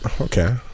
okay